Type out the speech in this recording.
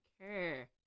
care